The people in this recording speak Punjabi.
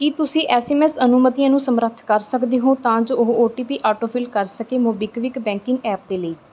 ਕੀ ਤੁਸੀਂਂ ਐਸ ਐਮ ਐਸ ਅਨੁਮਤੀਆਂ ਨੂੰ ਸਮਰੱਥ ਕਰ ਸਕਦੇ ਹੋ ਤਾਂ ਜੋ ਉਹ ਓ ਟੀ ਪੀ ਆਟੋਫਿਲ ਕਰ ਸਕੇ ਮੋਬੀਕਵਿਕ ਬੈਂਕਿੰਗ ਐਪ ਦੇ ਲਈ